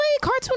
Cartoon